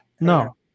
No